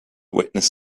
witness